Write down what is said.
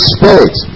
Spirit